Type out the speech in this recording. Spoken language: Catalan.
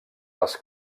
les